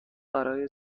برای